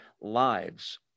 lives